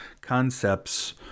concepts